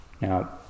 Now